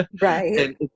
Right